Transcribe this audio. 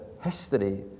history